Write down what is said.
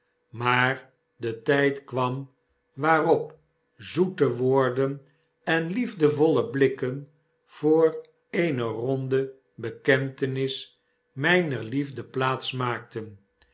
maar de tyd kwam waarop zoete woorden en liefdevolle blikken voor eene ronde bekentenis mijner liefde plaats maakten